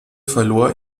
verlor